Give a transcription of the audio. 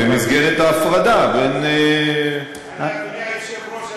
-- במסגרת ההפרדה בין --- אדוני היושב-ראש,